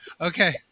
Okay